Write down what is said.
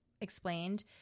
explained